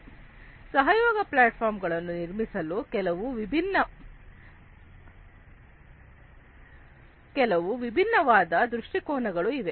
collaborative platform ಗಳನ್ನು ನಿರ್ಮಿಸಲು ಕೆಲವು ವಿಭಿನ್ನವಾದ ದೃಷ್ಟಿಕೋನಗಳು ಇವೆ